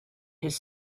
his